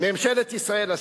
ממשלת ישראל עשתה.